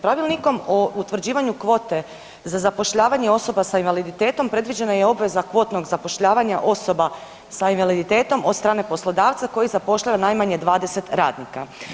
Pravilnikom o utvrđivanju kvote za zapošljavanje osoba sa invaliditetom predviđena je obveza kvotnog zapošljavanja osoba sa invaliditetom od strane poslodavca koji zapošljava najmanje 20 radnika.